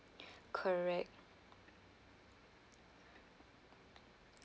correct